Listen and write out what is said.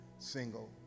single